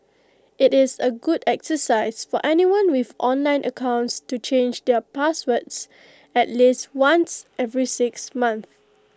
IT is A good exercise for anyone with online accounts to change their passwords at least once every six months